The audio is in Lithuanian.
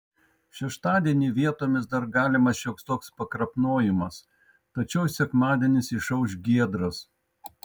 šeštadienį vietomis dar galimas šioks toks pakrapnojimas tačiau sekmadienis išauš giedras